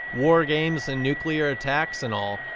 war games and nuclear attacks and all?